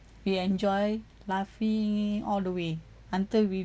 we enjoy laughing all the way until we